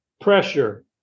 pressure